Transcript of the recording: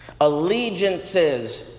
allegiances